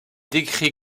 décrit